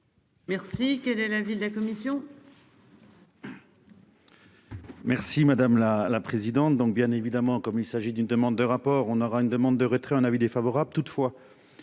Merci. Quelle est la ville de la commission.